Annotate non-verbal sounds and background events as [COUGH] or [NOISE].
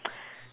[NOISE]